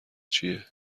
چیه